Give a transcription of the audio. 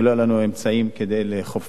כי לא היו לנו אמצעים כדי לאכוף.